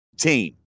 team